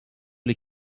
les